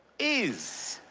is.